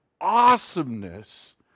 awesomeness